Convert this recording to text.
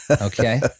okay